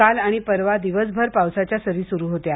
काल आणि परवा दिवसभर पावसाच्या सरी सुरू होत्या